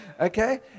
Okay